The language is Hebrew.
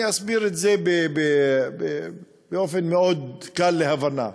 אני אסביר את זה באופן מאוד קל להבנה.